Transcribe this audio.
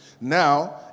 Now